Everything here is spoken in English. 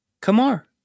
Kamar